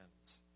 hands